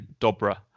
Dobra